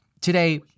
Today